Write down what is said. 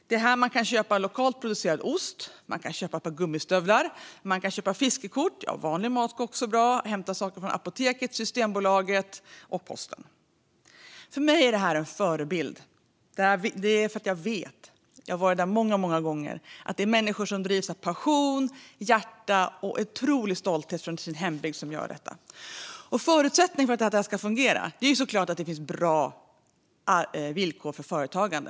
Det är här man kan köpa lokalt producerad ost, ett par gummistövlar eller fiskekort. Vanlig mat går också bra. Man kan hämta saker från Apoteket, Systembolaget och posten. För mig är detta en förebild. Det beror på att jag har varit där massvis med gånger och vet att det är människor som drivs av passion, hjärta och otrolig stolthet över sin hembygd som gör detta. Förutsättningen för att detta ska fungera är såklart att det finns bra villkor för företagande.